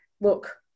look